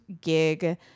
gig